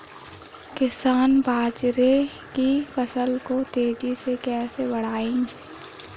किसान बाजरे की फसल को तेजी से कैसे बढ़ाएँ?